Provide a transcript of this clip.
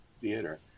Theater